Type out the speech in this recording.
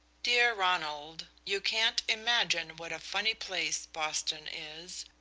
dear ronald you can't imagine what a funny place boston is.